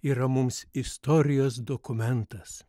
yra mums istorijos dokumentas